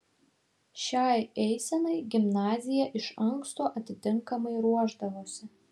šiai eisenai gimnazija iš anksto atitinkamai ruošdavosi